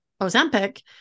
Ozempic